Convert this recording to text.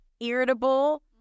irritable